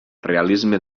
realisme